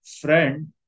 friend